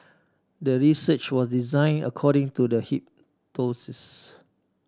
the research was design according to the